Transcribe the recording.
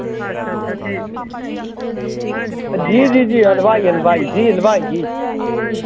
जी जी जी हलवाई हलवाई जी हलवाई जी